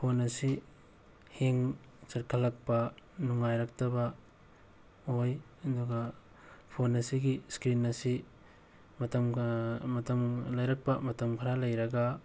phone ꯑꯁꯤ ꯍꯦꯡ ꯆꯠꯈꯠꯂꯛꯄ ꯅꯨꯡꯉꯥꯏꯔꯛꯇꯕ ꯑꯣꯏ ꯑꯗꯨꯒ ꯐꯣꯟ ꯑꯁꯤꯒꯤ ꯏꯁꯀ꯭ꯔꯤꯟ ꯑꯁꯤ ꯂꯩꯔꯛꯄ ꯃꯇꯝ ꯈꯔ ꯂꯩꯔꯒ